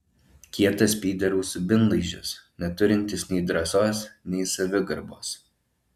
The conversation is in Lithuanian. kietas pyderų subinlaižis neturintis nei drąsos nei savigarbos